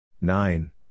nine